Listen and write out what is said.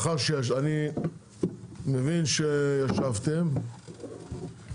אני מבין שישבתם,